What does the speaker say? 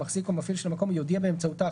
המחזיק או המפעיל של המקום יודיע באמצעותה,